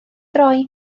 droi